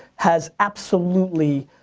has absolutely,